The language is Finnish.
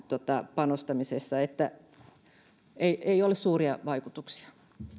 panostamisessa niin että ei ei ole suuria vaikutuksia